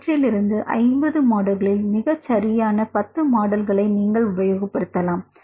அவற்றில் இருந்து 50 மாடல்களில் மிகச்சரியான 10 மாடல்களை நீங்கள் உபயோகப்படுத்தலாம்